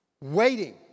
Waiting